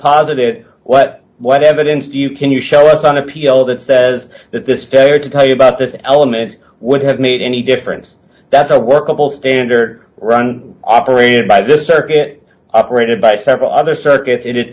posited what what evidence do you can you show us on appeal that says that this failure to tell you about this element would have made any difference that's a workable standard run operated by this circuit operated by several other circuits